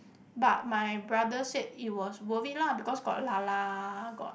but my brother said it was worth it lah because got lah lah got